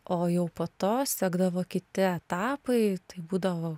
o jau po to sekdavo kiti etapai tai būdavo